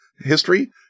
history